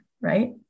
right